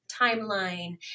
timeline